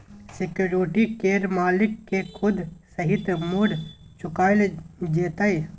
security केर मालिक केँ सुद सहित मुर चुकाएल जेतै